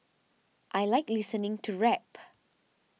I like listening to rap